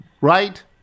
right